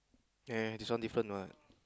there this one different [what]